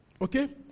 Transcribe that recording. Okay